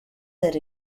that